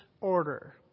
order